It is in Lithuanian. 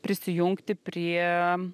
prisijungti prie